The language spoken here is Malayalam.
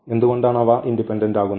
എന്തുകൊണ്ടാണ് അവ ഇൻഡിപെൻഡന്റ് ആകുന്നത്